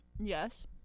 Yes